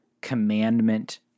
commandment